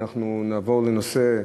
אנחנו נעבור לנושא,